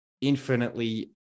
infinitely